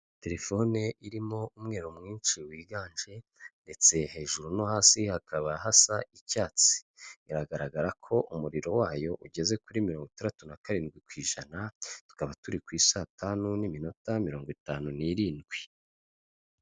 Telefone irimo umweru mwinshi wiganje ndetse hejuru no hasi hakaba hasa icyatsi, iragaragara ko umuriro wayo ugeze kuri mirongo itandatu na karindwi ku ijana, tukaba turi ku isa tanu n'iminota mirongo itanu n'irindwi.